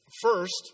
First